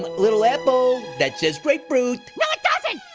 little apple, that says grapefruit. no, it doesn't!